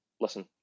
listen